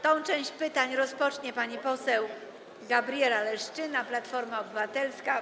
Tę część pytań rozpocznie pani poseł Gabriela Leszczyna, Platforma Obywatelska.